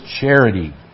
charity